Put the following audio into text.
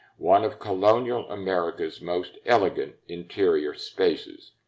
one of colonial america's most elegant interior spaces.